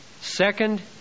Second